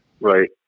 Right